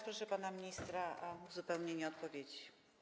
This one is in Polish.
Proszę pana ministra o uzupełnienie odpowiedzi.